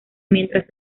mientras